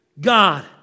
God